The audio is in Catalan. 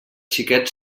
xiquet